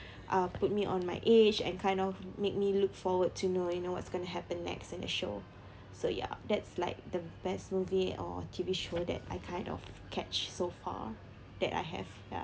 uh put me on my edge and kind of made me look forward to know you know what is going to happen next in the show so ya that's like the best movie or T_V show that I kind of catch so far that I have ya